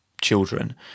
children